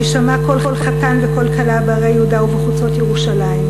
שיישמע קול חתן וקול כלה בערי יהודה ובחוצות ירושלים.